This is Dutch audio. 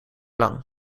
lang